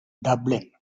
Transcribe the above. dublin